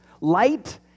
Light